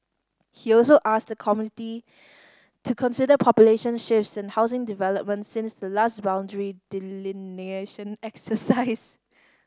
he also asked the committee to consider population shifts and housing developments since the last boundary delineation exercise